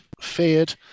feared